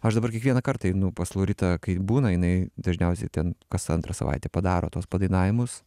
aš dabar kiekvieną kartą einu pas lauritą kai būna jinai dažniausiai ten kas antrą savaitę padaro tuos padainavimus